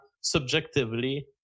subjectively